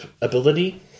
ability